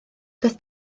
doedd